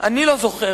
אני לא זוכר.